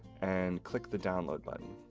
and click the download button.